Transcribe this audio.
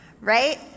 right